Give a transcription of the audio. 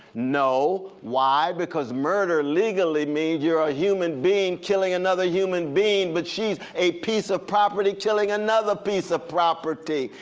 no. why? because murder legally means you're a human being killing another human being, but she's a piece of property killing another piece of property.